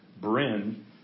Bryn